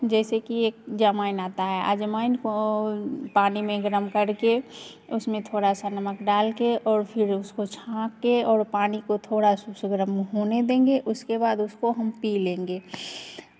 जैसे कि एक जवाइन आता है अजवाइन को पानी में गरम करके उसमें थोड़ा सा नमक डाल के और फिर उसको छान के और पानी को थोड़ा सा उसे गरम होने देंगे उसके बाद उसको हम पी लेंगे